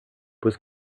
was